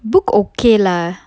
book okay lah